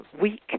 Week